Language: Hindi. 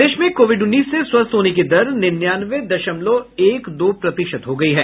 प्रदेश में कोविड उन्नीस से स्वस्थ होने की दर निन्यानवे दशमलव एक दो प्रतिशत हो गई है